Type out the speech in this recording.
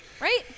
right